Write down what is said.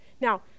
Now